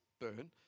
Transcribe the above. burn